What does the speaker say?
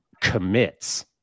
commits